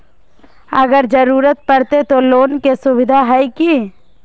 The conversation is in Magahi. अगर जरूरत परते तो लोन के सुविधा है की?